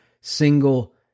single